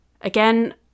Again